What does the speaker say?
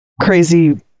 Crazy